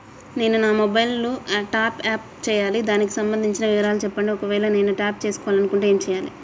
నేను నా mobile top up చేయాలి దానికి సంబంధించిన వివరాలు చెప్పండి ఒకవేళ నేను టాప్ చేసుకోవాలనుకుంటే ఏం చేయాలి?